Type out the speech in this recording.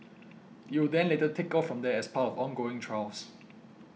it will then later take off from there as part of ongoing trials